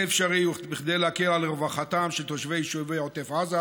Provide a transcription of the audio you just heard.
אפשרי כדי להקל על רווחתם של תושבי יישובי עוטף עזה,